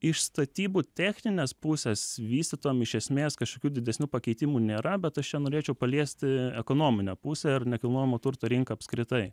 iš statybų techninės pusės vystytojam iš esmės kažkokių didesnių pakeitimų nėra bet aš čia norėčiau paliesti ekonominę pusę ir nekilnojamo turto rinką apskritai